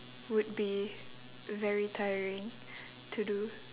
would be very tiring to do